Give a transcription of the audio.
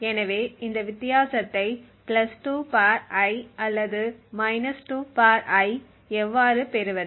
எனவே இந்த வித்தியாசத்தை 2 I அல்லது 2 I எவ்வாறு பெறுவது